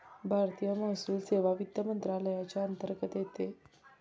भारतीय महसूल सेवा वित्त मंत्रालयाच्या अंतर्गत येते